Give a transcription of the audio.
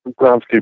Groundskeeper